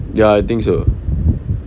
ya I think so